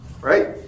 Right